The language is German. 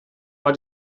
war